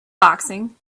boxing